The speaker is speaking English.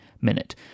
minute